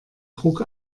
druck